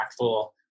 impactful